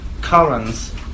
currents